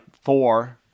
four